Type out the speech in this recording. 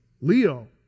Leo